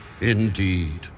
Indeed